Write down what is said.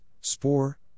Spore